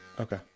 Okay